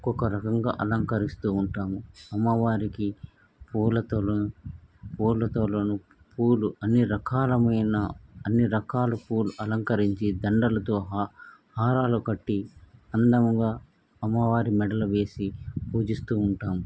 ఒక్కొక్క రకంగా అలంకరిస్తూ ఉంటాము అమ్మవారికి పూలతోను పూలతోలను పూలు అన్ని రకాలైన అన్ని రకాల పూలు అలంకరించి దండలతో హా హారాలు కట్టి అందముగా అమ్మవారి మెడలో వేసి పూజిస్తూ ఉంటాము